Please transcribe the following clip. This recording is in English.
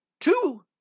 two